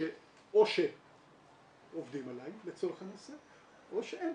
או שעובדים עליי, לצורך הנושא, או שאין.